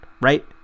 right